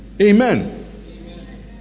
Amen